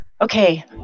okay